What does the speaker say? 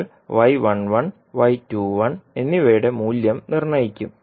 നമ്മൾ എന്നിവയുടെ മൂല്യം നിർണ്ണയിക്കും